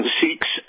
seeks